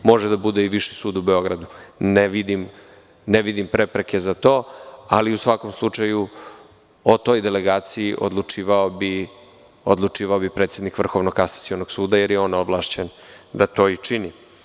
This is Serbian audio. Može da bude i Viši sud u Beogradu, ne vidim prepreke za to, ali u svakom slučaju o toj delegaciji odlučivao bi predsednik VKS, jer je on ovlašćen da to čini.